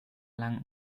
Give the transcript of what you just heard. lang